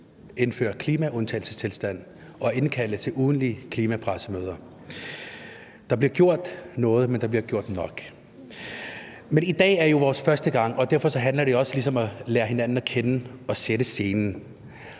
indføre klimaundtagelsestilstand og indkalde til ugentlige klimapressemøder. Der bliver gjort noget, men der bliver ikke gjort nok. Men i dag er jo Frie Grønnes første gang, og derfor handler det også om ligesom at lære hinanden at kende og sætte scenen.